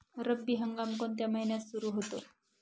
रब्बी हंगाम कोणत्या महिन्यात सुरु होतो?